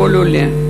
כל עולה,